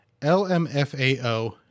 lmfao